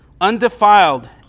undefiled